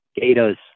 Gators